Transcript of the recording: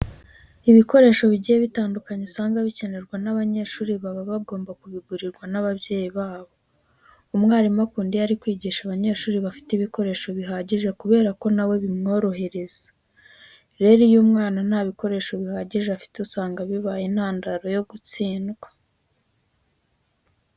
Ibikoresho bigiye bitandukanye usanga bikenerwa n'abanyeshuri baba bagomba kubigurirwa n'ababyeyi babo. Umwarimu akunda iyo ari kwigisha abanyeshuri bafite ibikoresho bihagije kubera ko na we bimworohereza. Rero iyo umwana nta bikoresho bihagije afite usanga bibaye intandaro yo gutsindwa.